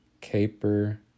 Caper